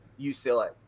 UCLA